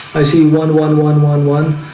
i see one one one one one